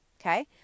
Okay